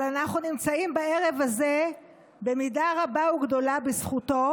אבל אנחנו נמצאים בערב הזה במידה רבה וגדולה בזכותו.